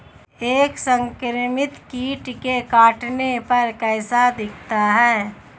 एक संक्रमित कीट के काटने पर कैसा दिखता है?